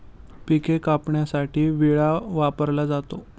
पिके कापण्यासाठी विळा वापरला जातो